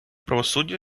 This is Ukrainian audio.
правосуддя